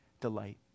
delight